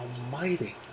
Almighty